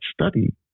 study